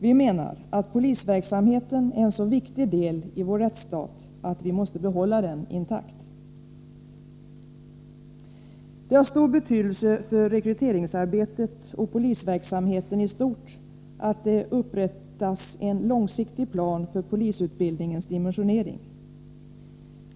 Vi menar att polisverksamheten är en så viktig del i vår rättsstat att vi måste behålla den intakt. Det har stor betydelse för rekryteringsarbetet och polisverksamheten i stort att det upprättas en långsiktig plan för polisutbildningens dimensionering.